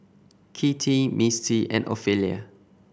Kitty Mistie and Ophelia